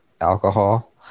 alcohol